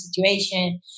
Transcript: situation